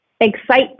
excite